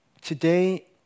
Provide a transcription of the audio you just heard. Today